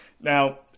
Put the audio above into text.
Now